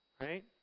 right